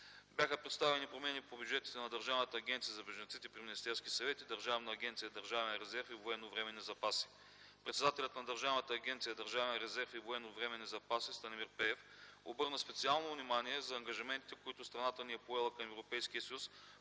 Бяха представени промени по бюджетите на Държавната агенция за бежанците при Министерския съвет и Държавна агенция „Държавен резерв и военновременни запаси”. Председателят на Държавна агенция „Държавен резерв и военновременни запаси” Станимир Пеев обърна специално внимание на ангажиментите, които страната ни е поела към Европейския съюз